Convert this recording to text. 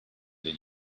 that